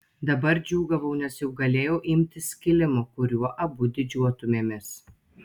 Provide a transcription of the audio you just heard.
dabar džiūgavau nes jau galėjau imtis kilimo kuriuo abu didžiuotumėmės